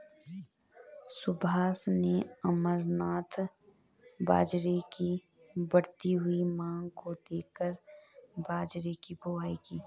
सुभाष ने अमरनाथ बाजरे की बढ़ती हुई मांग को देखकर बाजरे की बुवाई की